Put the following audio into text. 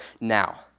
now